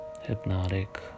hypnotic